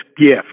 gift